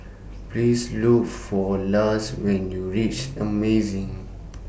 Please Look For Lars when YOU REACH Amazing